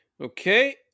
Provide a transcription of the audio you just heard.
Okay